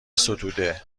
ستوده